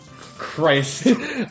Christ